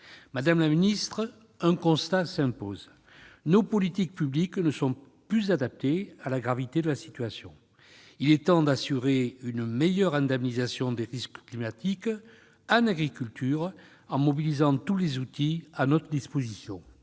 Madame la ministre, un constat s'impose : nos politiques publiques ne sont plus adaptées à la gravité de la situation. Il est temps d'assurer une meilleure indemnisation des risques climatiques en agriculture, en mobilisant tous les outils à notre disposition.